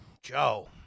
Joe